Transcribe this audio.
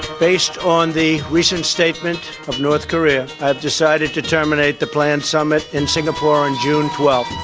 based on the recent statement of north korea, i have decided to terminate the planned summit in singapore on june twelfth.